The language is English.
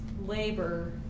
labor